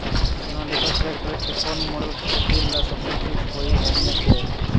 Sonalika tractor के कौन model खेती ला सबसे ठीक होई हमने की?